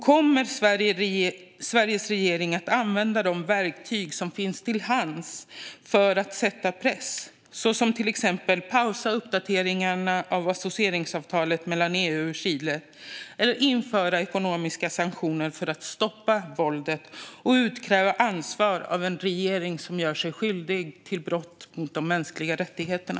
Kommer Sveriges regering att använda de verktyg som finns till hands för att sätta press på Chile, till exempel pausa uppdateringen av associeringsavtalet mellan EU och Chile eller införa ekonomiska sanktioner för att stoppa våldet och utkräva ansvar av en regering som gör sig skyldig till brott mot de mänskliga rättigheterna?